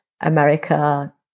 America